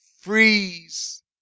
freeze